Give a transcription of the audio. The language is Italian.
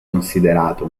considerato